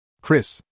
Chris